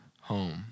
home